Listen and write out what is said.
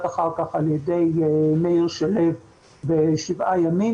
אחר כך על ידי מאיר שלו בשבעה ימים.